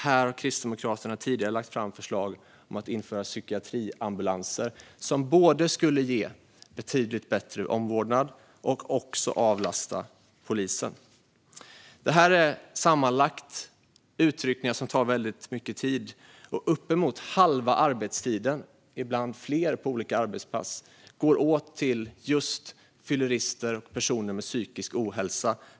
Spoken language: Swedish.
Här har Kristdemokraterna tidigare lagt fram förslag om att införa psykiatriambulanser som både skulle ge betydligt bättre omvårdnad och avlasta polisen. Sammanlagt är detta utryckningar som tar väldigt mycket tid. Uppemot halva arbetstiden, ibland mer, på olika arbetspass går åt till just fyllerister och personer med psykisk ohälsa.